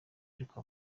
ariko